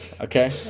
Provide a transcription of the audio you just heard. Okay